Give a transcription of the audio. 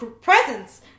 presents